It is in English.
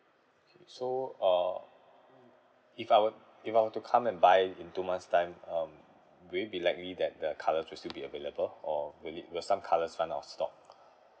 so uh if I were if I were to come and buy in two months' time um will it be likely that the colours will still be available or will it will some colours run out of stock